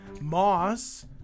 Moss